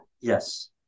Yes